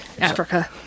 Africa